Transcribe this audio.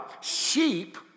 Sheep